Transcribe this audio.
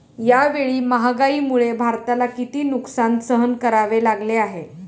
यावेळी महागाईमुळे भारताला किती नुकसान सहन करावे लागले आहे?